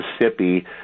Mississippi